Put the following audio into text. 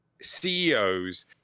CEOs